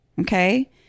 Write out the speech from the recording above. Okay